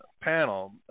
panel